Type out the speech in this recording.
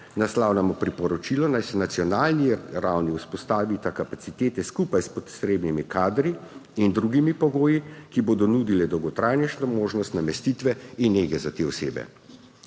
naslavljamo priporočilo, naj na nacionalni ravni vzpostavita kapacitete skupaj s potrebnimi kadri in drugimi pogoji, ki bodo nudili dolgotrajnejšo možnost namestitve in nege za te osebe.